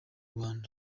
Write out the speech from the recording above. rwanda